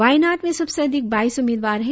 वायनाड में सबसे अधिक बाइस उम्मीदवार है